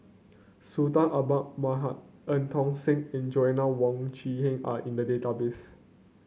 Sultan Eu Tong Sen and Joanna Wong Quee Heng are in the database